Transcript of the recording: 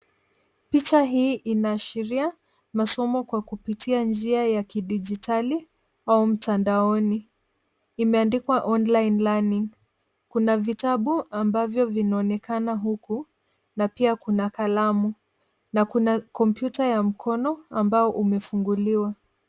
Picha hii inaashiria masomo kwa kupitia njia ya kidijitali au mtandaoni. Imeandikwa online learning . Kuna vitabu ambavyo vinaonekana huku na pia kuna kalamu na kuna kompyuta ya mkono ambao umefunguliwa.